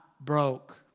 broke